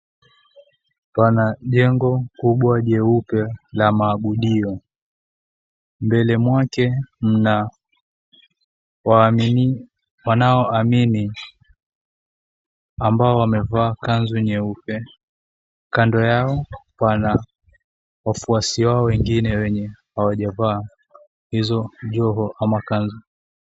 Pana jengo kubwa jeupe la maabudio mbele mwake mna waamini wanoamini ambao wamevaa kanzu nyeupe kando yao pana wafuasi wao wengine wenye hawajavaa hizo joho au kanzu.